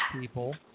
people